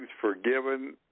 forgiven